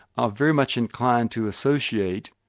are very much inclined to associate.